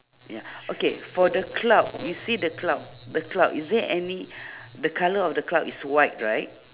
ya okay for the cloud you see the cloud the cloud is there any the colour of the cloud is white right